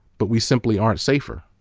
but we simply aren't safer.